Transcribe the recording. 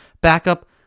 backup